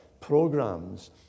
programs